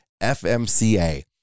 FMCA